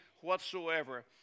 whatsoever